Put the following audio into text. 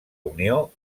unió